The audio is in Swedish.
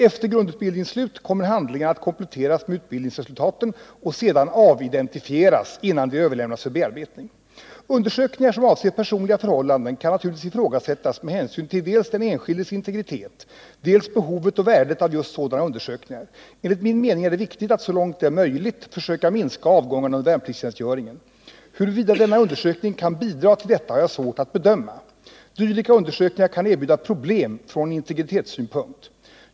Efter grundutbildningens slut kommer handlingarna att kompletteras med utbildningsresultaten och sedan avidentifieras, innan de överlämnas för bearbetning. Undersökningar som avser personliga förhållanden kan naturligtvis ifrågasättas med hänsyn till dels den enskildes integritet, dels behovet och värdet av just sådana undersökningar. Enligt min mening är det viktigt att så långt det är möjligt försöka minska avgångarna under värnpliktstjänstgöringen. Huruvida denna undersökning kan bidra till detta har jag svårt att bedöma. Dylika undersökningar kan erbjuda problem från integritetssynpunkt.